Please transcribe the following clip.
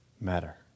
matter